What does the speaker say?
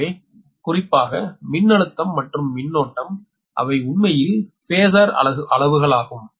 எனவே குறிப்பாக மின்னழுத்தம் மற்றும் மின்னோட்டம் அவை உண்மையில் phasor அளவுகளாகும்